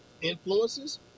influences